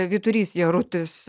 vyturys jarutis